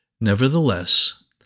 Nevertheless